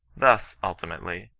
thus, ultimately,